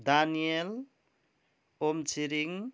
Daniel Omchhiring